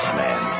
man